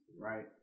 right